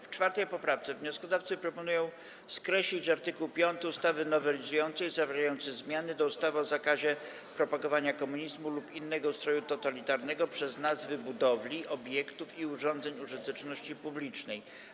W 4. poprawce wnioskodawcy proponują skreślić art. 5 ustawy nowelizującej zawierający zmiany do ustawy o zakazie propagowania komunizmu lub innego ustroju totalitarnego przez nazwy budowli, obiektów i urządzeń użyteczności publicznej.